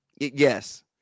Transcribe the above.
Yes